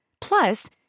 Plus